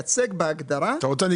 מייצג בהגדרה זה מי --- אתה רוצה שאני